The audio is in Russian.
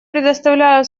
предоставляю